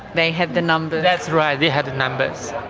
they have the numbers. that's right, they had the numbers.